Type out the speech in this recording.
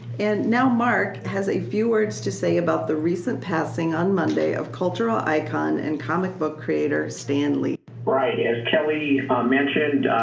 and now mark has a few words to say about the recent passing on monday of cultural icon and comic book creator stan like right. as kelley mentioned,